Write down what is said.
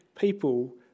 people